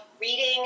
reading